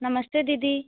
नमस्ते दीदी